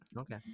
Okay